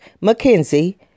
Mackenzie